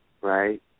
Right